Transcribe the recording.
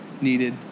needed